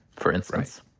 for instance.